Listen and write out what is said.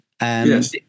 Yes